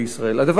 הדבר הראשון.